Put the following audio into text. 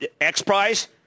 XPRIZE